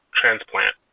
transplant